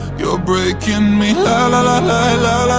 you're breaking me la la la la, la